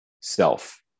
self